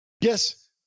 Yes